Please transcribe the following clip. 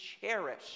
cherish